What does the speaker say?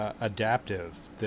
adaptive